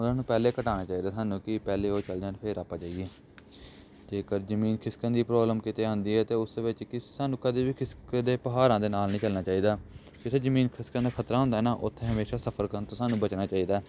ਉਹਨਾਂ ਨੂੰ ਪਹਿਲਾਂ ਘਟਾਉਣਾ ਚਾਹੀਦਾ ਸਾਨੂੰ ਕਿ ਪਹਿਲਾਂ ਉਹ ਚਲੇ ਜਾਣ ਫਿਰ ਆਪਾਂ ਜਾਈਏ ਜੇਕਰ ਜ਼ਮੀਨ ਖਿਸਕਣ ਦੀ ਪ੍ਰੋਬਲਮ ਕਿਤੇ ਆਉਂਦੀ ਹੈ ਅਤੇ ਉਸ ਵਿੱਚ ਕੀ ਸਾਨੂੰ ਕਦੇ ਵੀ ਕਿਸ ਕਦੇ ਪਹਾੜਾਂ ਦੇ ਨਾਲ ਨਹੀਂ ਚੱਲਣਾ ਚਾਹੀਦਾ ਕਿਸੇ ਜ਼ਮੀਨ ਖਿਸਕਣ ਦਾ ਖਤਰਾ ਹੁੰਦਾ ਨਾ ਉੱਥੇ ਹਮੇਸ਼ਾ ਸਫਰ ਕਰਨ ਤੋਂ ਸਾਨੂੰ ਬਚਣਾ ਚਾਹੀਦਾ